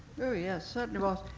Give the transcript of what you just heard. oh, yes, certainly was.